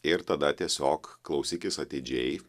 ir tada tiesiog klausykis atidžiai